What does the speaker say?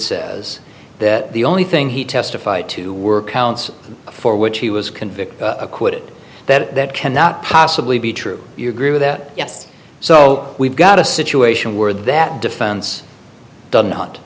says that the only thing he testified to work for which he was convicted acquitted that cannot possibly be true you agree with that yes so we've got a situation where that defense does not